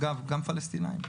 גם את הפלסטינים.